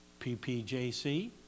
PPJC